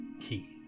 key